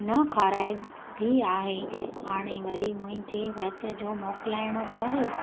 न खाराइबी आहे हाणे वरी मुंहिंजे विर्त जो मोकिलाइणो कर